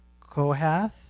Kohath